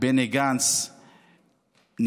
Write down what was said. בני גנץ נמצא,